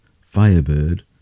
firebird